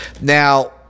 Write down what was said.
Now